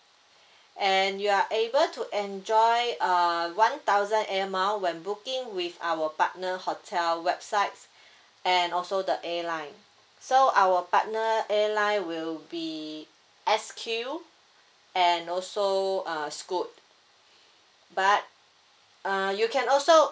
and you are able to enjoy uh one thousand air mile when booking with our partner hotel websites and also the airline so our partner airline will be S_Q and also uh scoot but uh you can also